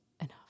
enough